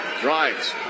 drives